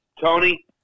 Tony